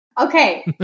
Okay